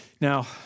Now